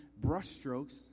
brushstrokes